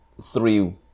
three